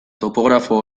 topografo